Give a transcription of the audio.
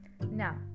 now